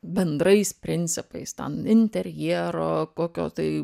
bendrais principais ten interjero kokio tai